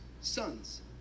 sons